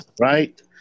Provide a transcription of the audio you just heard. Right